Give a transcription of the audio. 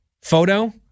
photo